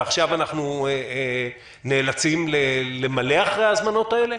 ועכשיו אנחנו נאלצים למלא אחרי ההזמנות האלה?